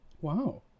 Wow